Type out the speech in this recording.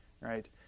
right